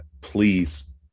please